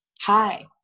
Hi